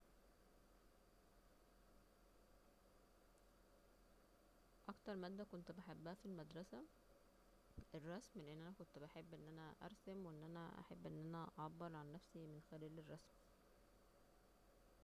اكتر مادة كنت بحبها في المدرسة الرسم لأن أنا كنت بحب أن أنا ارسم وان أنا أحب أن انا اعبر عن نفسي من خلال الرسم